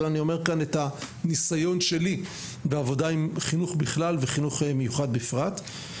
אני אומר את הדברים מהניסיון שלי בעבודה בחינוך בכלל וחינוך מיוחד בפרט.